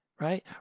Right